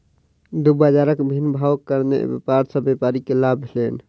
दू बजारक भिन्न भावक कारणेँ व्यापार सॅ व्यापारी के लाभ भेलैन